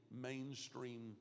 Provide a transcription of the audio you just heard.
mainstream